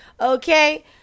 okay